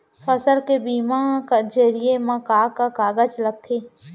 फसल के बीमा जरिए मा का का कागज लगथे?